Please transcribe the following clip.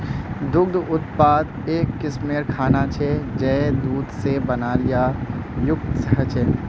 दुग्ध उत्पाद एक किस्मेर खाना छे जये दूध से बनाल या युक्त ह छे